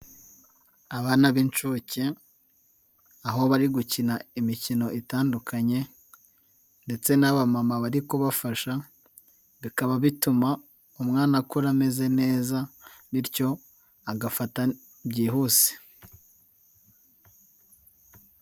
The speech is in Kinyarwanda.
Abana b'inshuke, aho bari gukina imikino itandukanye ndetse n'abamama bari kubafasha, bikaba bituma umwana akura ameze neza bityo agafata byihuse.